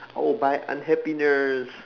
I will buy unhappiness